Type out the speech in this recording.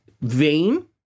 vain